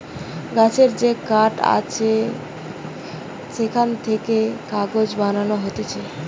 গাছের যে কাঠ আছে সেখান থেকে কাগজ বানানো হতিছে